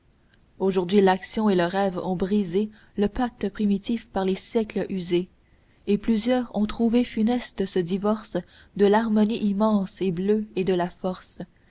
aujourd'hui l'action et le rêve ont brisé le pacte primitif par les siècles usé et plusieurs ont trouvé funeste ce divorce de l'harmonie immense et bleue et de la force